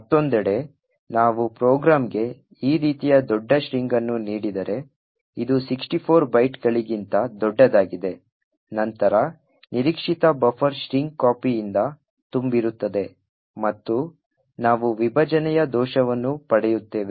ಮತ್ತೊಂದೆಡೆ ನಾವು ಪ್ರೋಗ್ರಾಂಗೆ ಈ ರೀತಿಯ ದೊಡ್ಡ ಸ್ಟ್ರಿಂಗ್ ಅನ್ನು ನೀಡಿದರೆ ಇದು 64 ಬೈಟ್ಗಳಿಗಿಂತ ದೊಡ್ಡದಾಗಿದೆ ನಂತರ ನಿರೀಕ್ಷಿತ ಬಫರ್ strcpy ಯಿಂದ ತುಂಬಿರುತ್ತದೆ ಮತ್ತು ನಾವು ವಿಭಜನೆಯ ದೋಷವನ್ನು ಪಡೆಯುತ್ತೇವೆ